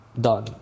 done